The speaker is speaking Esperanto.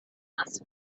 amas